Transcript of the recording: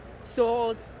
sold